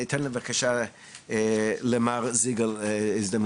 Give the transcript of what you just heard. אני אתן בבקשה למר אייל זיגל להשיב,